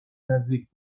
نزدیک